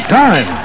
time